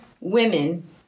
women